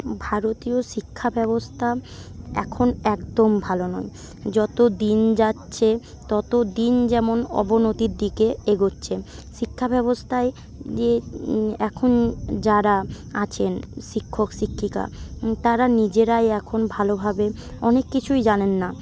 ভারতীয় শিক্ষা ব্যবস্থা এখন একদম ভালো নয় যত দিন যাচ্ছে তত দিন যেমন অবনতির দিকে এগোচ্ছে শিক্ষা ব্যবস্থায় যে এখন যারা আছেন শিক্ষক শিক্ষিকা তারা নিজেরাই এখন ভালোভাবে অনেক কিছুই জানেন না